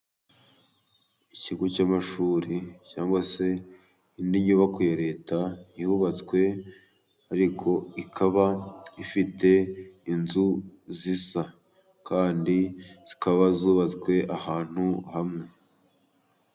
Ikigo cy'amashuri cyangwa se indi nyubako ya Leta yubatswe ariko ikaba ifite inzu zisa kandi zikaba zubatswe ahantu hamwe.